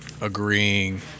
agreeing